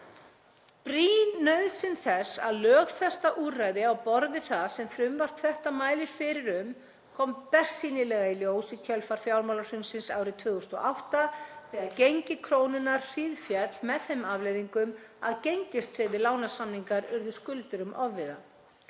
Brýn nauðsyn þess að lögfesta úrræði á borð við það sem frumvarp þetta felur í sér kom bersýnilega í ljós í kjölfar fjármálahrunsins 2008 þegar gengi krónunnar hríðféll með þeim afleiðingum að gengistryggðir lánasamningar urðu skuldurum ofviða.